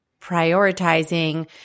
prioritizing